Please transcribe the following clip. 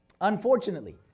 unfortunately